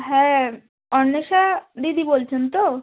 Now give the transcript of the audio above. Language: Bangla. হ্যাঁ অন্বেষা দিদি বলছেন তো